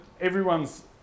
everyone's